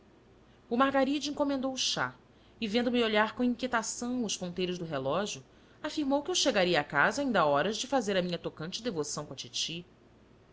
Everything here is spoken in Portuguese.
o margaride encomendou o chá e vendo-me olhar com inquietação os ponteiros do relógio afirmou-me que eu chegaria à casa ainda a horas de fazer a minha tocante devoção com a titi